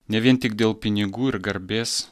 ne vien tik dėl pinigų ir garbės